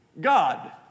God